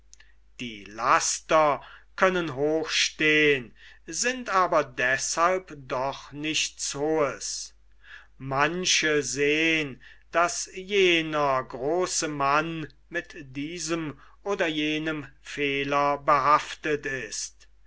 die laster können hoch stehn sind aber deshalb doch nichts hohes manche sehn daß jener große mann mit diesem oder jenem fehler behaftet ist